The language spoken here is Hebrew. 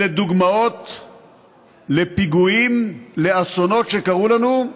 אלה דוגמאות לפיגועים, לאסונות שקרו לנו,